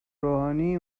روحانی